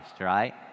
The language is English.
right